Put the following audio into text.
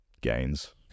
Gains